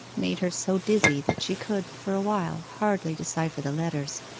made her so dizzy that she could, for a while, hardly decipher the letters.